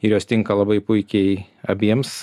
ir jos tinka labai puikiai abiems